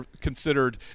considered